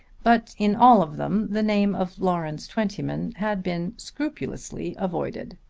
but in all of them the name of lawrence twentyman had been scrupulously avoided.